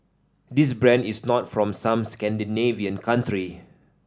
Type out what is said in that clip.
this brand is not from some Scandinavian country